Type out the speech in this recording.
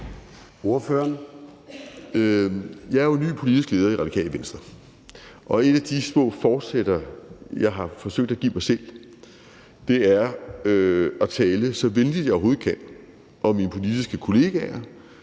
Jeg er jo ny politisk leder i Radikale Venstre, og et af de små forsætter, jeg har forsøgt at give mig selv, er at tale så venligt, jeg overhovedet kan, om mine politiske kollegaer.